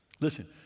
Listen